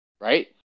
right